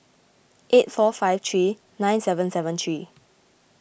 eight four five three nine seven seven three